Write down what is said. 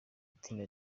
itinda